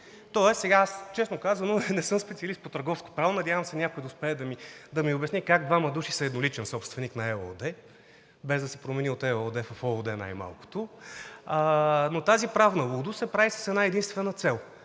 ЕАД.“ Честно казано, не съм специалист по търговско право, надявам се някой да успее да ми обясни как двама души са едноличен собственик на ЕООД, без да се промени от ЕООД в ООД най малкото, но тази правна лудост се прави с една единствена цел: